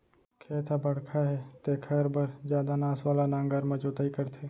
खेत ह बड़का हे तेखर बर जादा नास वाला नांगर म जोतई करथे